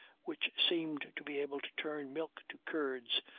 which seemed to be able to turn milk to curds,